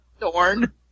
Dorn